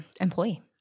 employee